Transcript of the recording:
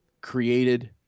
created